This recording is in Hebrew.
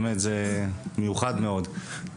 זה מיוחד מאוד.